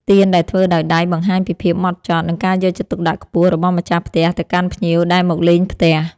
ទៀនដែលធ្វើដោយដៃបង្ហាញពីភាពម៉ត់ចត់ និងការយកចិត្តទុកដាក់ខ្ពស់របស់ម្ចាស់ផ្ទះទៅកាន់ភ្ញៀវដែលមកលេងផ្ទះ។